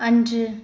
அன்று